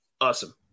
awesome